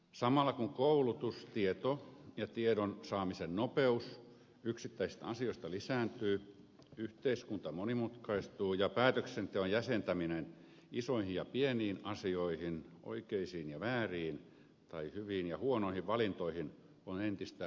samalla kun koulutus tieto ja tiedon saamisen nopeus yksittäisistä asioista lisääntyy yhteiskunta monimutkaistuu ja päätöksenteon jäsentäminen isoihin ja pieniin asioihin oikeisiin ja vääriin tai hyviin ja huonoihin valintoihin on entistä vaikeampaa